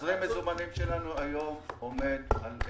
תזרים המזומנים שלנו היום עומד על אפס.